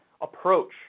approach